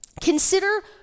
Consider